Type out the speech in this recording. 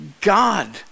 God